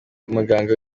umuganga